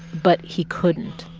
but he couldn't.